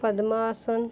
ਪਦਮ ਆਸਨ